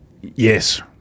yes